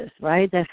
right